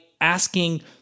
asking